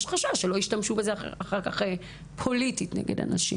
יש חשש שלא ישתמשו בזה אחר כך נגד אנשים.